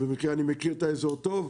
במקרה אני מכיר את האזור טוב,